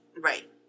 Right